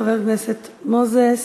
חבר הכנסת מוזס.